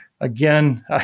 Again